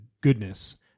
goodness